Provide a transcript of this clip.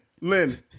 Lynn